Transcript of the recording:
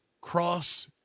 cross